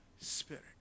spirit